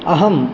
अहं